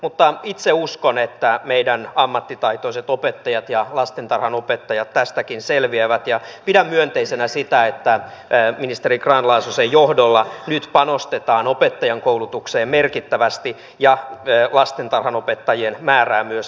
mutta itse uskon että meidän ammattitaitoiset opettajat ja lastentarhanopettajat tästäkin selviävät ja pidän myönteisenä sitä että ministeri grahn laasosen johdolla nyt panostetaan opettajankoulutukseen merkittävästi ja lastentarhanopettajien määrää myös lisätään